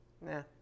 nah